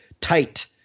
tight